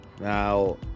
Now